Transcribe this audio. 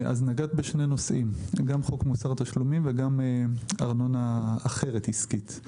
נגעת בשני נושאים: גם חוק מוסר תשלומים וגם ארנונה עסקית אחרת.